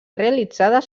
realitzades